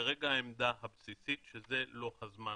כרגע העמדה הבסיסית שזה לא הזמן